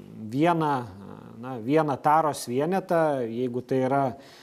vieną na vieną taros vienetą jeigu tai yra